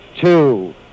two